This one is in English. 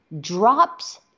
drops